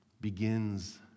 begins